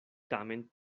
tamen